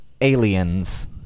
Aliens